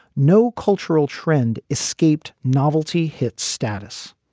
no cultural trend escaped novelty hits status.